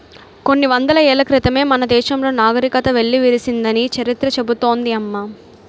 కొన్ని వందల ఏళ్ల క్రితమే మన దేశంలో నాగరికత వెల్లివిరిసిందని చరిత్ర చెబుతోంది అమ్మ